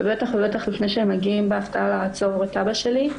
ובטח ובטח לפני שהם מגיעים בהפתעה לעצור את אבא שלי.